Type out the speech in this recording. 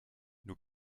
nur